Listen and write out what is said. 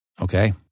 Okay